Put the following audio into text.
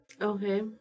Okay